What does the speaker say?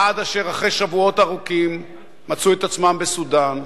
עד אשר אחרי שבועות ארוכים מצאו את עצמם בסודן,